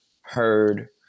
heard